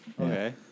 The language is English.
Okay